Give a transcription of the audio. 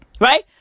Right